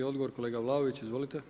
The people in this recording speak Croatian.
I odgovor kolega Vlaović, izvolite.